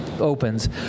opens